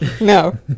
No